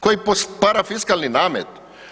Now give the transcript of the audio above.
Koji parafiskalni namet?